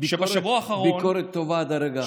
שבשבוע האחרון, ביקורת טובה עד הרגע האחרון.